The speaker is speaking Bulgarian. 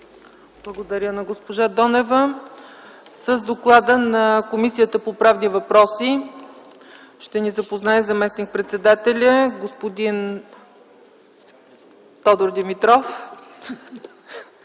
Благодаря на госпожа Донева. С доклада на Комисията по правни въпроси ще ни запознае господин Тодор Димитров.